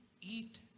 eat